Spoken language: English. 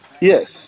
Yes